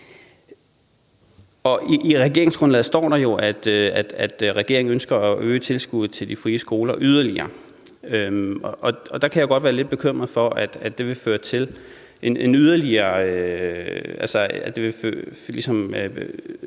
I regeringsgrundlaget står der jo, at regeringen ønsker at øge tilskuddet til de frie skoler yderligere. Og der kan jeg jo godt være lidt bekymret for, at det vil føre til en yderligere